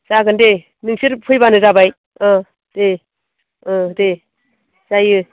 जागोन दे नोंसोर फैब्लानो जाबाय दे दे जायो